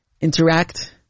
Interact